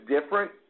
different